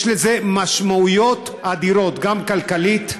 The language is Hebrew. יש לזה משמעויות אדירות, גם כלכלית,